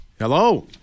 Hello